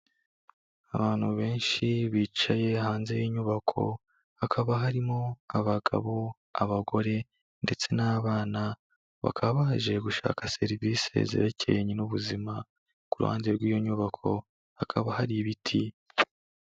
Abantu benshi bicaye hanze y'inyubako, hakaba harimo abagabo, abagore ndetse n'abana, bakaba baje gushaka serivisi zerekeranye n'ubuzima, ku ruhande rw'iyo nyubako hakaba hari ibiti.